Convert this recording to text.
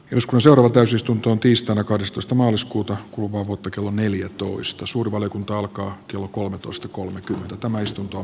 joskus orava täysistuntoon tiistaina kahdestoista maaliskuuta kuluvaa kuuta klo neljätoista suuri valiokunta alkaa kello fimea ei olisi kaatunut